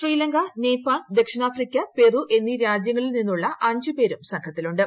ശ്രീലങ്ക നേപ്പാൾ ദക്ഷിണാഫ്രിക്ക പെറു എന്നീ രാജ്യങ്ങളിൽ നിന്നുള്ള അഞ്ച് പേരും സംഘത്തിലുണ്ട്